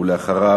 ואחריו,